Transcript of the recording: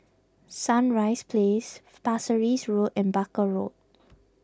Sunrise Place Pasir Ris Road and Barker Road